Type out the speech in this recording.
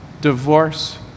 divorce